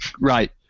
Right